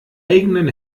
eigenen